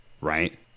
right